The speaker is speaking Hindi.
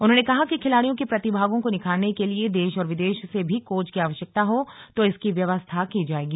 उन्होंने कहा कि खिलाड़ियों की प्रतिभाओं को निखारने के लिए देश और विदेश से भी कोच की आवश्यकता हो तो इसकी व्यवस्था की जायेगी